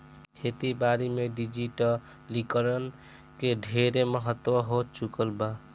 खेती बारी में डिजिटलीकरण के ढेरे महत्व हो चुकल बा